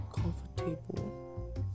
comfortable